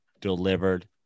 delivered